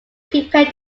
prepare